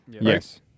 Yes